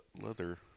leather